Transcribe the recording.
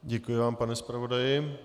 Děkuji vám, pane zpravodaji.